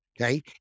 Okay